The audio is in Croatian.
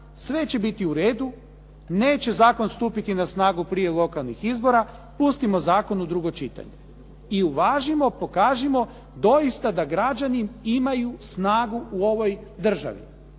sve će biti u redu, neće zakon stupiti na snagu prije lokalnih izbora, pustimo zakon u drugo čitanje i uvažimo, pokažimo doista da građani imaju snagu u ovoj državi.